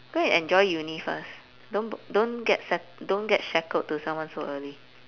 go and enjoy uni first don't g~ don't get sha~ don't get shackled to someone so early